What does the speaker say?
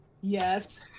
Yes